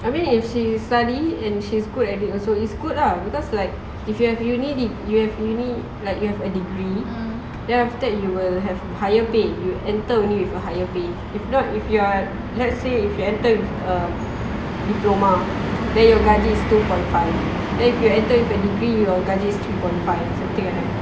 abeh yang she study and she's good at it also it's good lah because like if you have uni you have uni like you have a degree then after that you will have higher pay enter only will have higher pay if not you're let's say if you enter with a diploma then your gaji is two point five then if you enter with a degree your gaji is three point five something like that